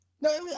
No